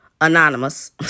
Anonymous